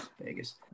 Vegas